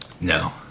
No